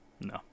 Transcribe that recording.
No